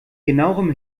genauerem